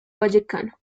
vallecano